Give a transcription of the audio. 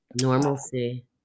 normalcy